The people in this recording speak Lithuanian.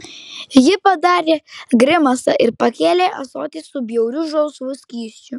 ji padarė grimasą ir pakėlė ąsotį su bjauriu žalsvu skysčiu